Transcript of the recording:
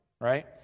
right